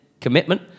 commitment